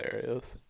hilarious